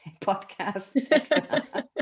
podcasts